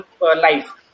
life